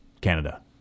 Canada